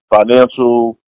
financial –